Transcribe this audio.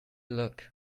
look